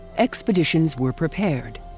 expeditions were prepared.